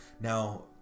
now